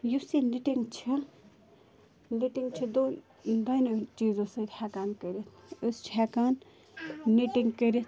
یُس یہِ نِٹِنٛگ چھِ نِٹِنٛگ چھِ دوٚن دۄنیٚو چیٖزو سۭتۍ ہیٚکان کٔرِتھ أسۍ چھِ ہیٚکان نِٹِنٛگ کٔرِتھ